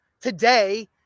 today